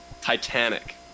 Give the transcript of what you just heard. Titanic